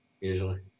usually